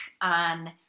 on